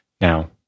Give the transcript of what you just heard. Now